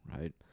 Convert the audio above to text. right